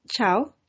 Ciao